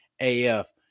af